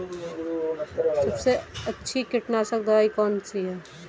सबसे अच्छी कीटनाशक दवाई कौन सी है?